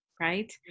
Right